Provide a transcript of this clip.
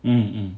mmhmm